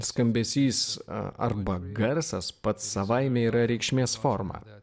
skambesys a arba garsas pats savaime yra reikšmės forma